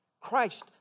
Christ